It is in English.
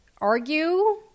argue